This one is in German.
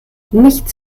nichts